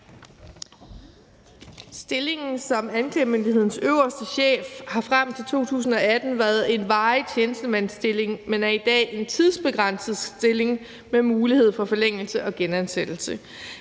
Stillingen som anklagemyndighedens øverste chef har frem til 2018 været en varig tjenestemandsstilling, men er i dag en tidsbegrænset stilling med mulighed for forlængelse og genansættelse.